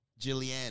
Jillian